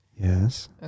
Yes